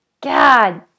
God